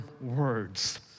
words